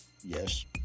Yes